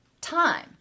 time